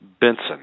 Benson